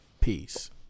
Peace